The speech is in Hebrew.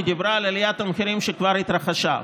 היא דיברה על עליית המחירים שכבר התרחשה.